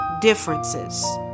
differences